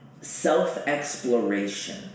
self-exploration